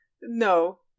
No